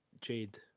Jade